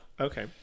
Okay